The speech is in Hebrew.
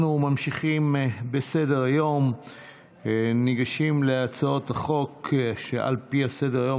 נספחות.] אנחנו ממשיכים בסדר-היום וניגשים להצעות החוק על פי סדר-היום,